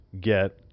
get